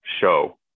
show